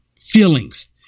feelings